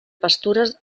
pastures